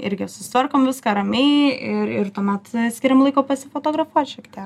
irgi susitvarkom viską ramiai ir ir tuomet skiriam laiko pasifotografuot šiek tiek